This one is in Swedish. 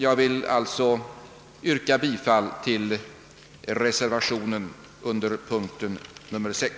Jag vill alltså yrka bifall till reservationen vid punkt 6.